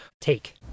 take